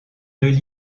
deux